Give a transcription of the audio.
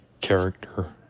character